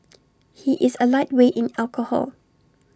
he is A lightweight in alcohol